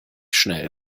schnell